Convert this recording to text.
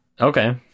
Okay